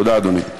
תודה, אדוני.